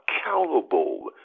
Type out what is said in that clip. accountable